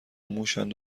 موشاند